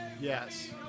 Yes